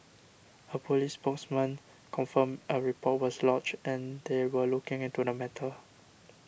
a police spokesman confirmed a report was lodged and that they were looking into the matter